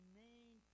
main